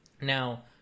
Now